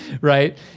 right